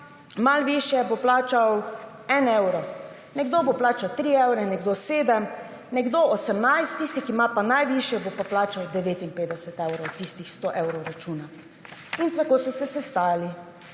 malo višje, bo plačal en evro, nekdo bo plačal tri evre, nekdo sedem, nekdo 18, tisti, ki ima najvišje, bo pa plačal 59 evrov od tistih 100 evrov računa. In tako so se sestajali.